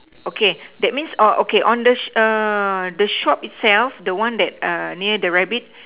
okay that means oh okay on the the shop itself the one that near the rabbit